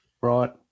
Right